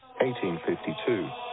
1852